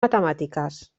matemàtiques